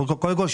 קודם כל,